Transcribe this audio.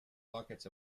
buckets